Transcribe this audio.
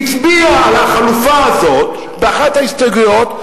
הצביעה על החלופה הזאת באחת ההסתייגויות,